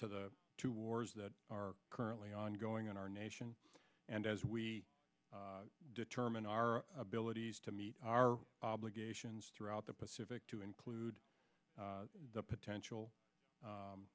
to the two wars that are currently ongoing in our nation and as we determine our abilities to meet our obligations throughout the pacific to include the potential